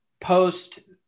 post